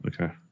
okay